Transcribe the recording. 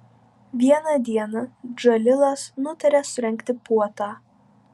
vieną dieną džalilas nutarė surengti puotą